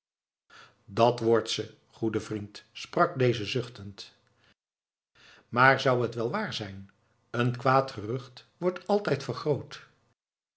dat wordt ze goede vriend sprak deze zuchtend maar zou het wel waar zijn een kwaad gerucht wordt altijd vergroot